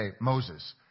Moses